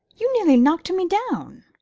you nearly knocked me down.